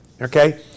okay